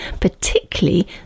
particularly